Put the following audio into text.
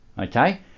okay